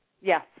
Yes